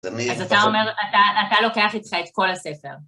אז אתה אומר, אתה לוקח איתך את כל הספר.